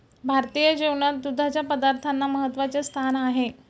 भारतीय जेवणात दुधाच्या पदार्थांना महत्त्वाचे स्थान आहे